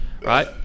Right